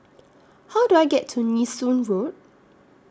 How Do I get to Nee Soon Road